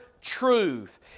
Truth